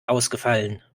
ausgefallen